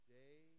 day